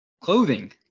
clothing